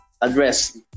address